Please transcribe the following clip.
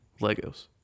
Legos